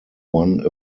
one